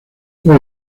fue